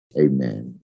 Amen